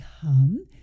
come